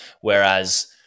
Whereas